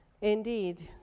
indeed